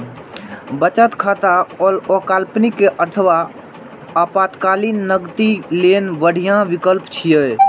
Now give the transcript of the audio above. बचत खाता अल्पकालीन अथवा आपातकालीन नकदी लेल बढ़िया विकल्प छियै